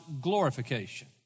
glorification